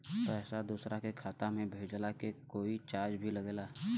पैसा दोसरा के खाता मे भेजला के कोई चार्ज भी लागेला?